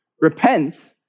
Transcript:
Repent